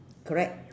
correct